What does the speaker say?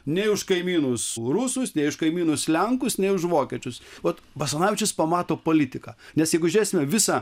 nei už kaimynus rusus nei už kaimynus lenkus nei už vokiečius vat basanavičius pamato politiką nes jeigu žiūrėsime visą